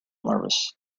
nervous